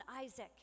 Isaac